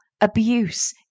Abuse